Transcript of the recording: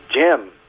Jim